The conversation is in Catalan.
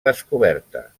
descoberta